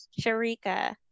sharika